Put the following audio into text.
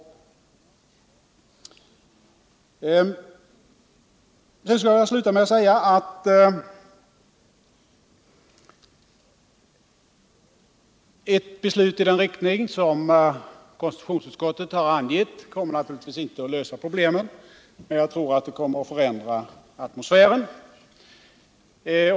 Jag skall sluta mitt anförande med att säga att ett beslut i den riktning som konstitutionsutskottet har angivit naturligtvis inte kommer att kunna lösa problemet. men jag tror ändå att det kommer att förändra atmosfären.